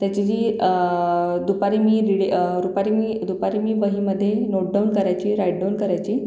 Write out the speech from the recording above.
त्याची जी दुपारी मी दीड ए रुपारी मी दुपारी मी वहीमध्ये नोट डाऊन करायची राईट डाऊन करायची